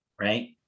right